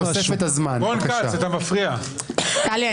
--- טלי,